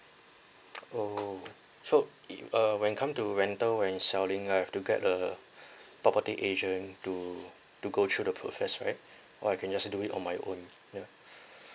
orh so i~ uh when come to vendor when selling I've to get uh property agent to to go through the process right or I can just do it on my own ya